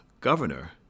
governor